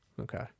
Okay